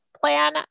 plan